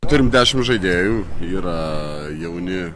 turim dešim žaidėjų yra jauni